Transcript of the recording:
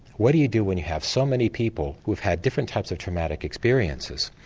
what do you do when you have so many people who have had different types of traumatic experiences?